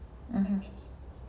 (uh huh)